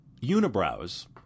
Unibrows